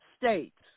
States